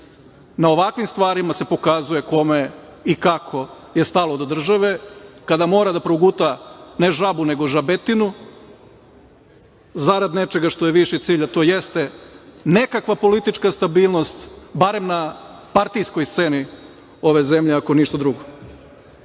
Na ovakvim stvarima se pokazuje kome i kako je stalo do države, kada mora da proguta ne žabu, nego žabetinu zarad nečega što je viši cilj, a to jeste nekakva politička stabilnost, barem na partijskoj sceni ove zemlje ako ništa drugo. Čuli